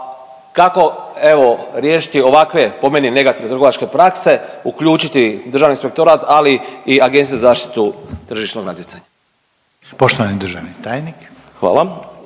evo riješiti ovakve po meni negativne trgovačke prakse, uključiti Državni inspektorat, ali i Agenciju za zaštitu tržišnog natjecanja. **Reiner, Željko (HDZ)**